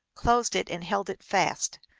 closed it, and held it fast.